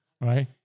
right